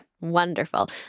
Wonderful